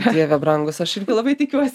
dieve brangus aš irgi labai tikiuos